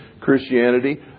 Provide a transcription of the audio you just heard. Christianity